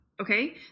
Okay